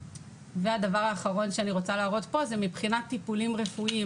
והדבר האחרון שאני רוצה להראות פה זה מבחינת טיפולים רפואיים.